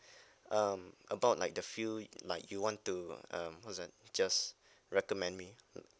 um about like the few like you want to uh how to say just recommend me um